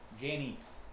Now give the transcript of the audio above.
Janice